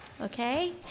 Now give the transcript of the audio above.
okay